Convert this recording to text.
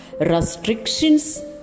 restrictions